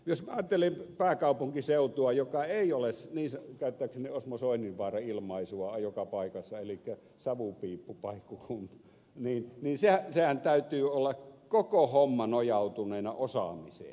jos minä ajattelen pääkaupunkiseutua joka ei ole käyttääkseni osmo soininvaaran ilmaisua joka paikassa savupiippupaikkakunta niin sen koko hommanhan täytyy olla nojautuneena osaamiseen